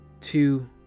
two